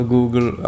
Google